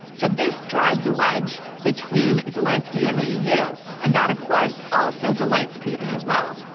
so this drives a wedge between zelensky and the eu, and that of course also delights putin as well.